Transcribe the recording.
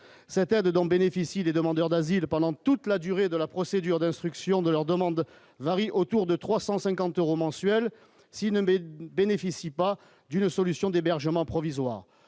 cette aide dont bénéficient les demandeurs d'asile pendant toute la durée de la procédure d'instruction de leur demande varie autour de 350 euros mensuels si mais bénéficie pas d'une solution d'hébergement provisoire,